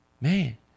man